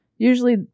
Usually